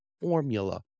formula